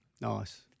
Nice